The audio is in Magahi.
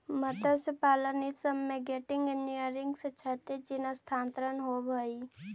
मत्स्यपालन ई सब में गेनेटिक इन्जीनियरिंग से क्षैतिज जीन स्थानान्तरण होब हई